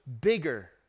bigger